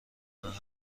محل